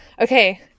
Okay